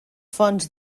fonts